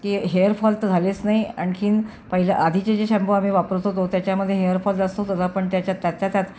की हेअरफॉल तर झालेच नाही आणखीन पहिला आधीचे जे शॅम्पू आम्ही वापरत होतो त्याच्यामदे हेअरफॉल जास्तच होता पण त्याच्या त्यातल्यात्यात